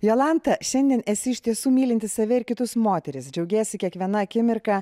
jolanta šiandien esi iš tiesų mylinti save ir kitus moteris džiaugiesi kiekviena akimirka